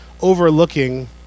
overlooking